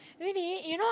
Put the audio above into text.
really you know